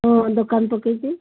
ହଁ ଦୋକାନ ପକେଇଛି